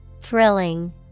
Thrilling